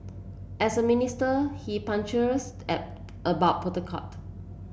as a minister he punctilious at about protocol